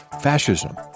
fascism